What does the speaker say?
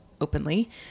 openly